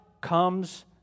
comes